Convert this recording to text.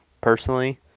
personally